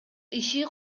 иши